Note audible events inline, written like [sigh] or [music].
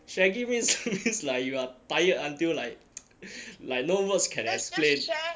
shaggy means [laughs] means like you're tired until like [noise] like no words can explain